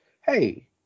Hey